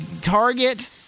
Target